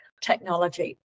technology